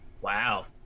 Wow